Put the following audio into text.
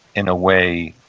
in a way,